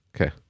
Okay